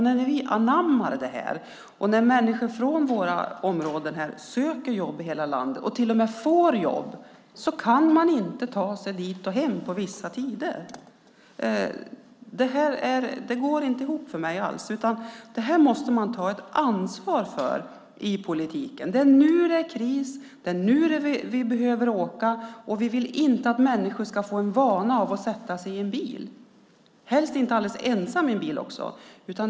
När man anammar det - människor från våra områden söker jobb i hela landet och till och med får jobb - visar det sig att man inte kan ta sig dit och hem på vissa tider. Det går inte ihop för mig alls. Detta måste man ta ansvar för i politiken. Det är nu det är kris. Det är nu vi behöver åka, och vi vill inte att människor ska få vanan att sätta sig i bilen, speciellt inte alldeles ensamma i bilen.